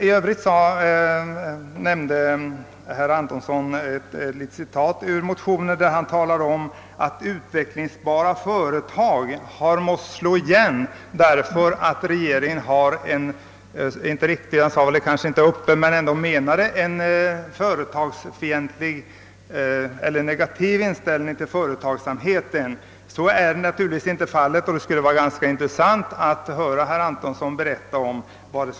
I övrigt anförde herr Antonsson ett citat ur motionen. Han sade kanske inte öppet men menade tydligen att utvecklingsbara företag har måst slå igen därför att regeringen haft en negativ inställning till företagsamheten. Så är naturligtvis inte fallet. Det skulle vara intressant att höra herr Antonsson berätta vad han avsåg.